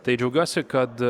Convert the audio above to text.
tai džiaugiuosi kad